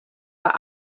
but